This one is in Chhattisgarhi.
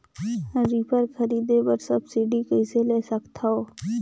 रीपर खरीदे बर सब्सिडी कइसे ले सकथव?